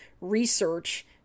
research